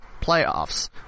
playoffs